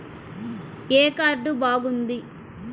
ఏ card బాగుంది?